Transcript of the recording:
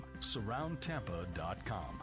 Surroundtampa.com